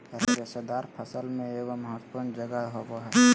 रेशेदार फसल में एगोर महत्वपूर्ण जगह होबो हइ